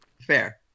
Fair